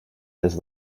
has